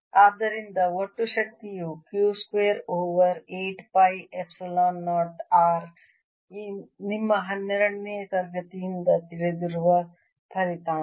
ಆದ್ದರಿಂದ ಒಟ್ಟು ಶಕ್ತಿಯು Q square over 8 pi epsilon 0 R ನಿಮ್ಮ ಹನ್ನೆರಡನೇ ತರಗತಿಯಿಂದ ತಿಳಿದಿರುವ ಫಲಿತಾಂಶ